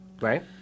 Right